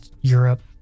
Europe